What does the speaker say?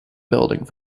building